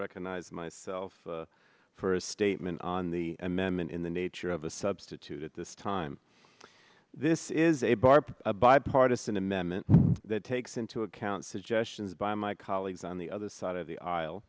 recognize myself for a statement on the amendment in the nature of a substitute at this time this is a bar bipartisan amendment that takes into account suggestions by my colleagues on the other side of the aisle